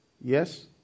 Yes